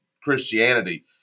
Christianity